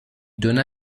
donna